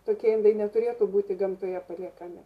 tokie indai neturėtų būti gamtoje paliekami